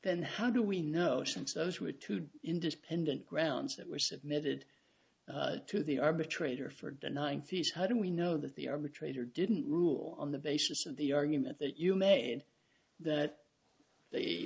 then how do we know since those were two independent grounds that were submitted to the arbitrator for denying fees how do we know that the arbitrator didn't rule on the basis of the argument that you made that the